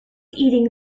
eating